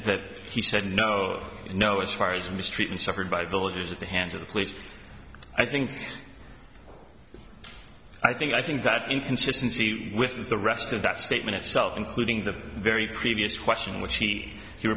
that he said no no as far as mistreatment suffered by the leaders at the hands of the police i think i think i think that inconsistency with the rest of that statement itself including the very previous question which he he